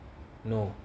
no